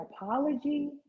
apology